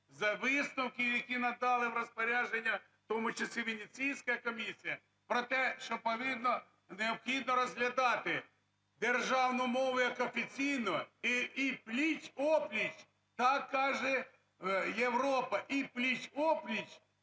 з висновків, які надали в розпорядження, у тому числі Венеційська комісія, про те, що повинно… необхідно розглядати державну мову як офіційну і пліч-о-пліч, так каже Європа, і пліч-о-пліч